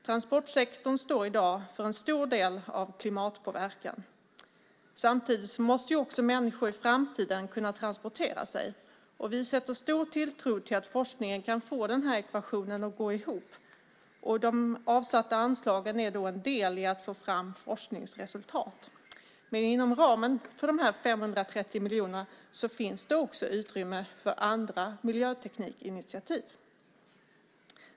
Transportsektorn står i dag för en stor del av klimatpåverkan. Samtidigt måste också människor i framtiden kunna transportera sig. Vi sätter stor tilltro till att forskningen kan få den ekvationen att gå ihop. De avsatta anslagen är en del i att få fram forskningsresultat. Inom ramen för de 530 miljonerna finns det också utrymme för andra miljöteknikinitiativ.